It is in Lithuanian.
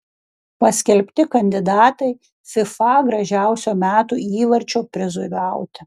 paskelbti kandidatai fifa gražiausio metų įvarčio prizui gauti